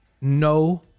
no